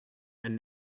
and